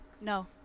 No